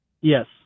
Yes